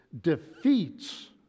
defeats